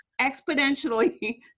exponentially